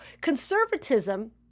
Conservatism